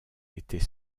était